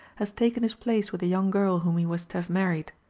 has taken his place with a young girl whom he was to have married.